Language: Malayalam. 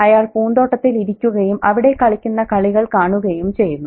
അയാൾ പൂന്തോട്ടത്തിൽ ഇരിക്കുകയും അവിടെ കളിക്കുന്ന കളികൾ കാണുകയും ചെയ്യുന്നു